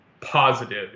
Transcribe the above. positive